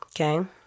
Okay